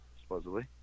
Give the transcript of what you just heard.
supposedly